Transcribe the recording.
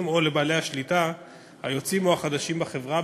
או לבעלי השליטה היוצאים או החדשים בחברה,